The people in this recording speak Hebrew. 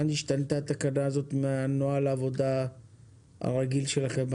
מה נשנתה התקנה הזאת מנוהל העבודה הרגיל שלכם?